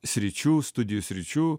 sričių studijų sričių